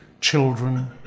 children